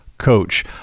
coach